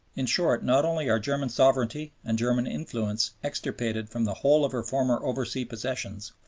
in short, not only are german sovereignty and german influence extirpated from the whole of her former oversea possessions,